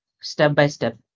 step-by-step